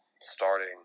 starting